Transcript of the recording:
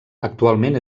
actualment